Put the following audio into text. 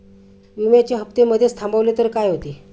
विम्याचे हफ्ते मधेच थांबवले तर काय होते?